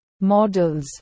models